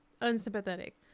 unsympathetic